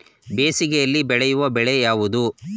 ಬೇಸಿಗೆಯಲ್ಲಿ ಬೆಳೆಯುವ ಬೆಳೆ ಯಾವುದು?